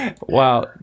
Wow